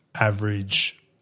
average